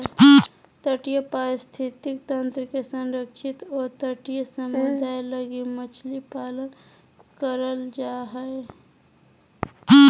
तटीय पारिस्थितिक तंत्र के संरक्षित और तटीय समुदाय लगी मछली पालन करल जा हइ